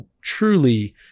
truly